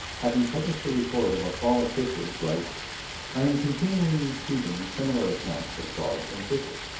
having published a report of a fall of fishes, writes i am continually receiving similar accounts of frogs and fishes.